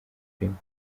filime